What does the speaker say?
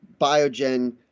Biogen